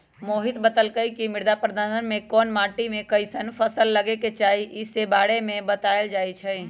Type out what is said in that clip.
मोहित बतलकई कि मृदा प्रबंधन में कोन माटी में कईसन फसल लगे के चाहि ई स के बारे में बतलाएल जाई छई